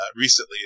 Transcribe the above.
recently